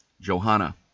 Johanna